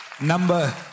Number